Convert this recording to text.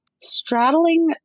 straddling